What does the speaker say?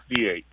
68